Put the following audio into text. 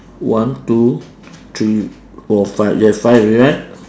one two three four five yes five already right